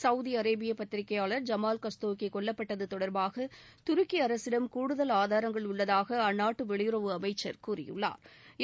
Saudi அரேபிய பத்திரிக்கையாள் Jamal Khashoggi கொல்லப்பட்டது தொடர்பாக துருக்கி அரசிடம் கூடுதல் ஆதாரங்கள் உள்ளதாக அந்நாட்டு வெளியுறவு அமைச்ச் கூறியுள்ளாா்